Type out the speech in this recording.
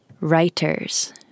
Writers